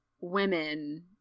women